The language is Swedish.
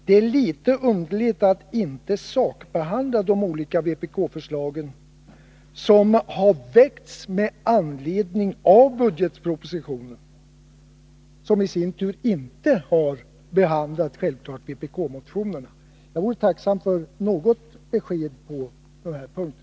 Det är litet underligt att inte sakbehandla de olika vpk-förslagen som har väckts med anledning av budgetpropositionen, där man i sin tur självklart inte har behandlat vpk-motionerna. Jag vore tacksam för något besked på de här punkterna.